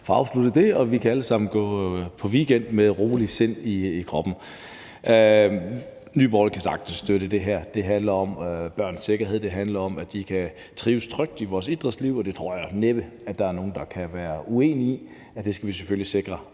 vi kan alle sammen gå på weekend med et roligt sind og ro i kroppen. Nye Borgerlige kan sagtens støtte det her. Det handler om børns sikkerhed. Det handler om, at de kan trives trygt i vores idrætsliv, og det tror jeg næppe der er nogen der kan være uenig i. Det skal vi selvfølgelig sikre